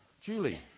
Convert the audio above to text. Julie